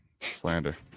Slander